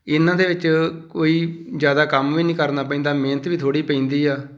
ਇਹਨਾਂ ਦੇ ਵਿੱਚ ਕੋਈ ਜ਼ਿਆਦਾ ਕੰਮ ਵੀ ਨਹੀਂ ਕਰਨਾ ਪੈਂਦਾ ਮਿਹਨਤ ਵੀ ਥੋੜ੍ਹੀ ਪੈਂਦੀ ਆ